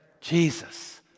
Jesus